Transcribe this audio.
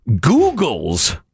Google's